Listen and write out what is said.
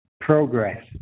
progress